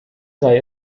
sei